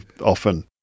often